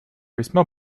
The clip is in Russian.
весьма